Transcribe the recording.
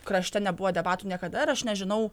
krašte nebuvo debatų niekada ir aš nežinau